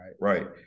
right